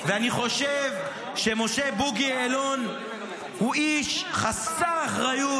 ואני חושב שמשה בוגי יעלון הוא איש חסר אחריות,